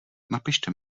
napište